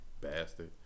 Bastard